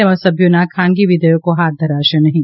તેમજ સભ્યોના ખાનગી વિધેયકો હાથ ધરાશે નહીં